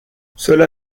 cela